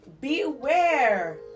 beware